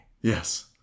Yes